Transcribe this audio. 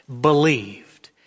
believed